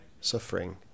suffering